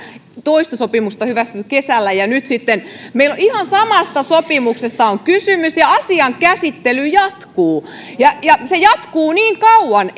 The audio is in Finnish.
toista sopimusta hyväksytty kesällä ja nyt sitten meillä ihan samasta sopimuksesta on kysymys ja asian käsittely jatkuu se jatkuu niin kauan